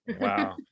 wow